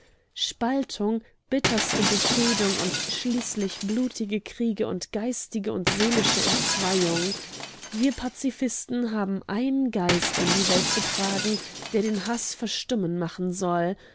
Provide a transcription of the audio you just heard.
spaltung bitterste befehdung und schließlich blutige kriege und geistige und seelische entzweiung wir pazifisten haben einen geist in die welt zu tragen der den haß verstummen machen soll